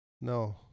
No